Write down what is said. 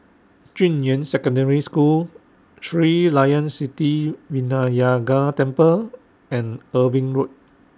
Junyuan Secondary School Sri Layan Sithi Vinayagar Temple and Irving Road